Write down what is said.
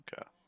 okay